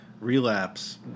relapse